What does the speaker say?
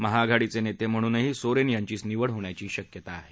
महाआघाडीचे नेते म्हणूनही सोरेन यांचीच निवड होण्याची शक्यता आहे